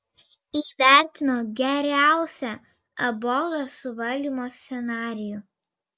įvertino geriausią ebolos suvaldymo scenarijų